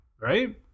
right